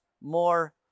more